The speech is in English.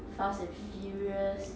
fast and furious